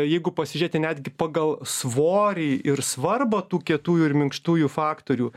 jeigu pasižiūrėti netgi pagal svorį ir svarbą tų kietųjų ir minkštųjų faktorių